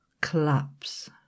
collapse